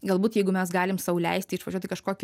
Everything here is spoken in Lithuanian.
galbūt jeigu mes galim sau leisti išvažiuot į kažkokį